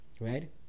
right